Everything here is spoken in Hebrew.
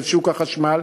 בשוק החשמל,